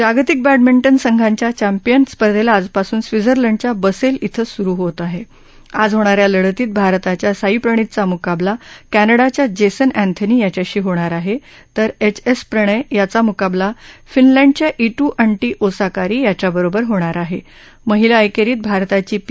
जागतिक बॅडमिंटन महासंघच्या चॅम्पीअन स्पर्धेला आजपासून स्वित्झलंडच्या बसत्त इथं सुरू होत आह आज होणा या लढतीत भारताच्या साई प्रणितचा मुकाबला कॅनडाच्या जघ्ति अँथनी याच्याशी होणार आह जिर एच एस प्रणय याचा मुकाबला फिनलँडच्या इटू अंटी ओसा कारी याच्याबरोबर होणार आह महिला एक्सींत भारताची पी